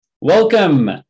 Welcome